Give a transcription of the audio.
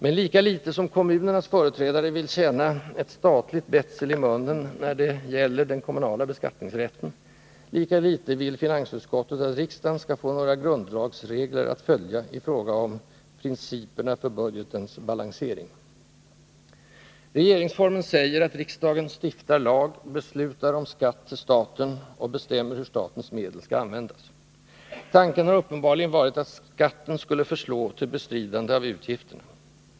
Men lika litet som kommunernas företrädare vill känna ett statligt betsel i munnen när det gäller den kommunala beskattningsrätten, lika litet vill finansutskottet att riksdagen skall få några grundlagsregler att följa i fråga om principerna för budgetens balansering. Regeringsformen säger att riksdagen stiftar lag, beslutar om skatt till staten och bestämmer hur statens medel skall användas. Tanken har uppenbarligen varit att skatten skulle förslå till bestridande till utgifterna.